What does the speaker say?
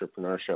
entrepreneurship